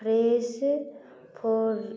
fresh four